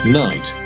night